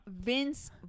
Vince